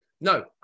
No